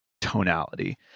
tonality